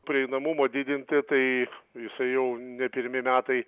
prieinamumo didinti tai jisai jau ne pirmi metai